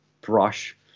brush